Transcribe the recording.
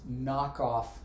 knockoff